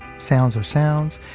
sounds are sounds,